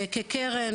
כקרן,